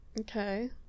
Okay